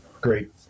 great